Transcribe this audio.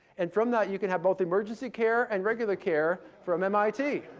and from that you can have both emergency care and regular care from mit.